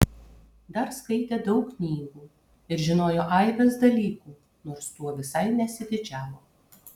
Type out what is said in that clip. dar skaitė daug knygų ir žinojo aibes dalykų nors tuo visai nesididžiavo